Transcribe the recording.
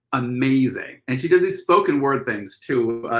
amazing. and she does these spoken word things too.